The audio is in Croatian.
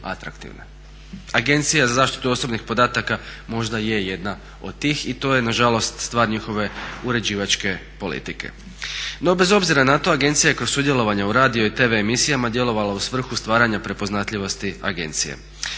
Agencija za zaštitu osobnih podataka možda je jedna od tih i to je nažalost stvar njihove uređivačke politike. No bez obzira na to, agencija je kroz sudjelovanje u radio i TV emisijama djelovala u svrhu stvaranja prepoznatljivosti agencije.